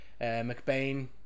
McBain